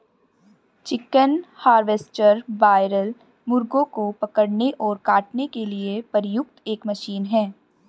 chicken harvester broiler मुर्गों को पकड़ने और काटने के लिए प्रयुक्त एक मशीन है